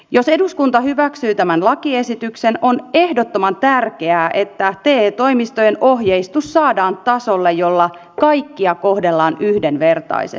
jos eduskunta hyväksyy tämän lakiesityksen on ehdottoman tärkeää että te toimistojen ohjeistus saadaan tasolle jolla kaikkia kohdellaan yhdenvertaisesti